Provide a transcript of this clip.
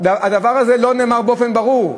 הדבר הזה לא נאמר באופן ברור.